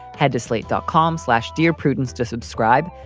head to slate dot com slash dear prudence to subscribe.